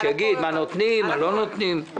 שיגיד מה נותנים ומה לא נותנים.